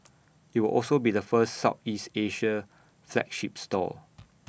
IT will also be the first Southeast Asia flagship store